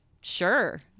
sure